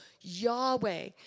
Yahweh